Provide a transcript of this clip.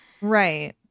right